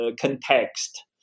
context